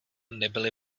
nebyly